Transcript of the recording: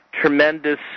tremendous